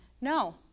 No